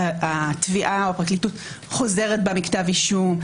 התביעה או הפרקליטות חוזרת בה מכתב אישום.